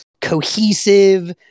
cohesive